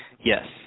Yes